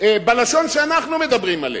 בלשון שאנחנו מדברים עליהם.